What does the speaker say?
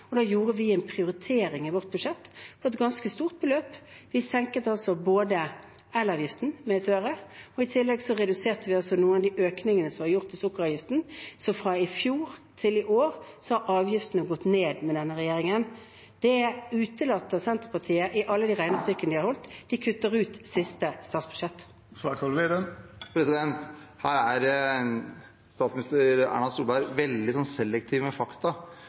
og da gjorde vi altså en prioritering i vårt budsjett. Det var et ganske stort beløp. Vi senket elavgiften med 1 øre, og i tillegg reduserte vi noen av de økningene som var gjort i sukkeravgiften. Så fra i fjor til i år har avgiftene gått ned med denne regjeringen. Det utelater Senterpartiet i alle de regnestykkene de har. De kutter ut siste statsbudsjett. Her er statsminister Erna Solberg veldig selektiv med fakta.